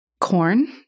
Corn